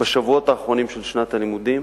בשבועות האחרונים של שנת הלימודים.